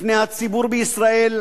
בפני הציבור בישראל,